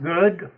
good